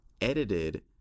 edited